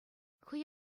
хӑй